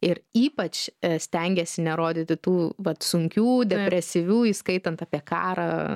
ir ypač stengiasi nerodyti tų vat sunkių depresyvių įskaitant apie karą